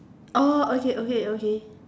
oh okay okay okay